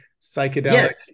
psychedelic